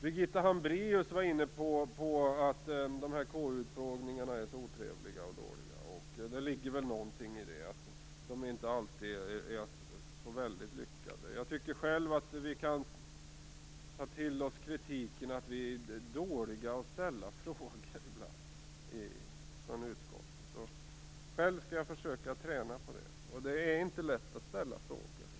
Birgitta Hambraeus sade att dessa KU utfrågningar är så otrevliga och dåliga. Och det ligger väl något i att de inte alltid är så väldigt lyckade. Jag tycker själv att vi kan ta till oss kritiken att vi från utskottet ibland är dåliga på att ställa frågor. Jag skall försöka träna på det. Det är inte lätt att ställa frågor.